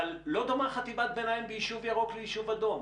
אבל לא דומה חטיבת ביניים ביישוב ירוק ליישוב אדום,